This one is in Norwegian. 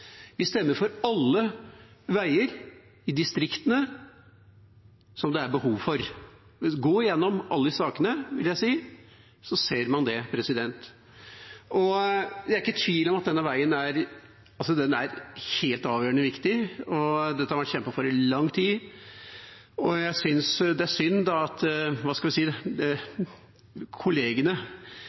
Vi stemmer for alle veier i distriktene som det er behov for. Gå gjennom alle saker, vil jeg si, så ser man det. Jeg er ikke i tvil om at denne veien er helt avgjørende viktig. Dette har vært kjempet for i lang tid, og jeg synes det er synd at kollegaene i slektskapet Miljøpartiet De Grønne kommer med et slikt forslag. Jeg synes det